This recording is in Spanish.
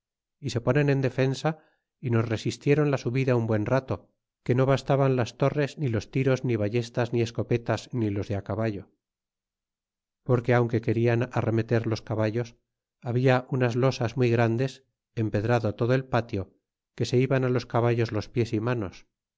y se ponen en defensa y nos resistieron la subida un buen rato que no bastaban las torres ni los tiros ni ballestas ni escopetas ni los de caballo porque aunque querian arremeter los caballos habia unas losas muy grandes empedrado todo el patio que se iban los caballos los pies y manos